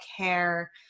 care